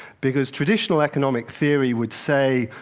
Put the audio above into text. because traditional economic theory would say,